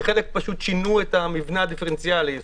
בחלק פשוט שינו את המבנה הדיפרנציאלי.